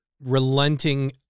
relenting